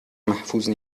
محفوظ